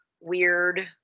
weird